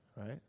right